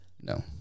No